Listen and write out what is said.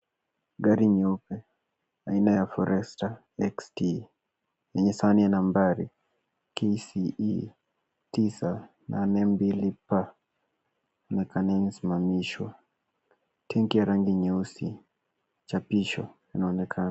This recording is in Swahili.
Gari nyeupe aina ya Forester XT yenye saini ya nambari KCE 982P, inaonekana imesimamishwa. Tenki ya rangi nyeusi chapisho inaonekana.